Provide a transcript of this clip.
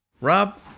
Rob